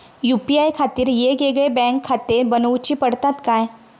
UPI खातीर येगयेगळे बँकखाते बनऊची पडतात काय?